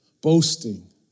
boasting